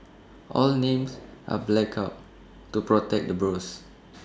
all the names are blacked out to protect the blues